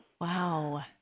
Wow